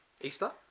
Easter